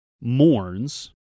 mourns